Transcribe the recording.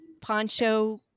poncho